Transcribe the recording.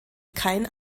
kein